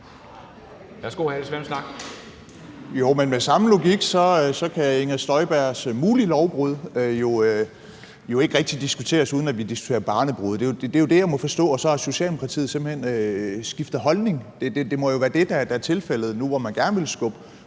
er jo det, jeg må forstå.